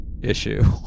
issue